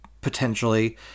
potentially